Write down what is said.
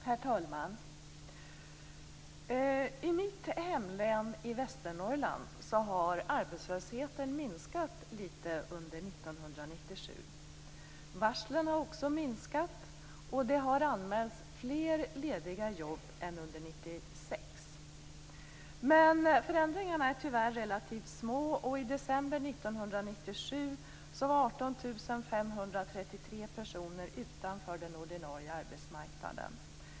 Herr talman! I mitt hemlän Västernorrland har arbetslösheten minskat litet under 1997. Varslen har också minskat, och det har anmälts fler lediga jobb än under 1996. Men förändringarna är tyvärr relativt små, och i december 1997 var 18 533 personer utanför den ordinarie arbetsmarknaden.